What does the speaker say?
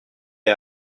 est